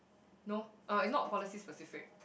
no uh is not policy specific